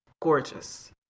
gorgeous